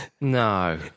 No